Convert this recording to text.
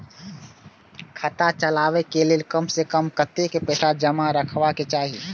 खाता चलावै कै लैल कम से कम कतेक पैसा जमा रखवा चाहि